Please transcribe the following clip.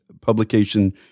publication